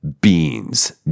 beans